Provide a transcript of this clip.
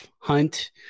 hunt